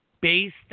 based